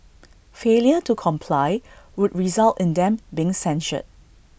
failure to comply would result in them being censured